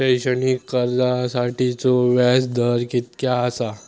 शैक्षणिक कर्जासाठीचो व्याज दर कितक्या आसा?